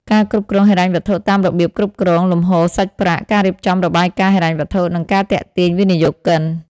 ការគ្រប់គ្រងហិរញ្ញវត្ថុតាមរបៀបគ្រប់គ្រងលំហូរសាច់ប្រាក់ ការរៀបចំរបាយការណ៍ហិរញ្ញវត្ថុ និងការទាក់ទាញវិនិយោគិន ។